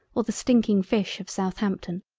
or the stinking fish of southampton?